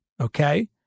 Okay